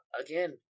Again